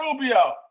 Rubio